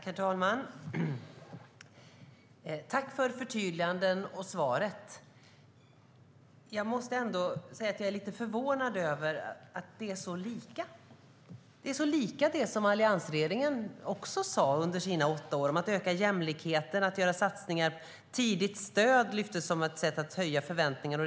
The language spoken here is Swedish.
Herr talman! Tack för förtydligandet och svaret, Gunilla Svantorp! Jag är lite förvånad över att det är så likt det som alliansregeringen sa under sina åtta år om att öka jämlikheten och göra satsningar på tidigt stöd, som lyftes fram som ett sätt att höja förväntningarna.